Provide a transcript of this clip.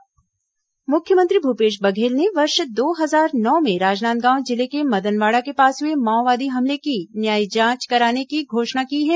शहीद विनोद चौबे न्यायिक जांच मुख्यमंत्री भूपेश बघेल ने वर्ष दो हजार नौ में राजनांदगांव जिले के मदनवाडा के पास हए माओवादी हमले की न्यायिक जांच कराने की घोषणा की है